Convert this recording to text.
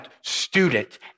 student